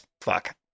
fuck